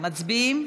מצביעים?